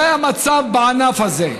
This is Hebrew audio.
זה המצב בענף הזה.